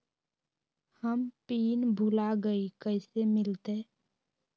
हम पिन भूला गई, कैसे मिलते?